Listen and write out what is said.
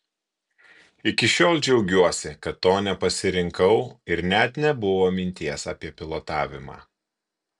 iki šiol džiaugiuosi kad to nepasirinkau ir net nebuvo minties apie pilotavimą